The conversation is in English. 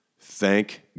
Thank